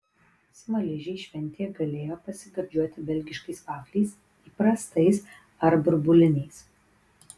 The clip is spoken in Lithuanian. smaližiai šventėje galėjo pasigardžiuoti belgiškais vafliais įprastais ar burbuliniais